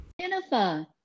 Jennifer